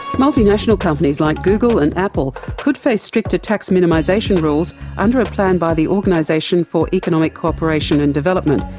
multinational companies like google and apple could face stricter tax minimisation rules under a plan by the organisation for economic cooperation and development.